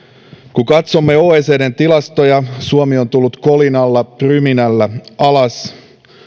kun katsomme oecdn tilastoja suomi on tullut kolinalla ryminällä alas